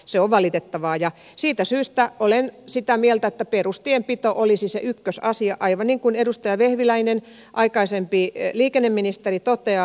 se on valitettavaa ja siitä syystä olen sitä mieltä että perustienpito olisi se ykkösasia aivan niin kuin edustaja vehviläinen aikaisempi liikenneministeri toteaa